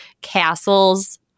Castles